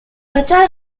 fachada